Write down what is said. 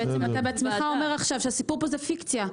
אתה בעצמך אומר עכשיו שהסיפור פה זו פיקציה.